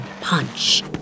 punch